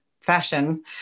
fashion